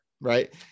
right